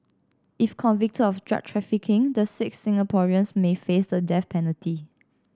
if convicted of drug trafficking the six Singaporeans may face the death penalty